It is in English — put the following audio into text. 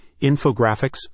infographics